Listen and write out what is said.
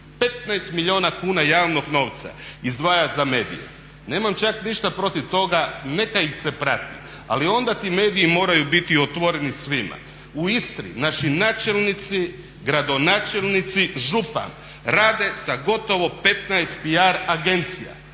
15 milijuna kuna javnog novca izdvaja za medije. Nemam čak ništa protiv toga neka ih se prati, ali onda ti mediji moraju biti otvoreni svima. U Istri naši načelnici, gradonačelnici, župan, rade sa gotovo 15 PR agencija.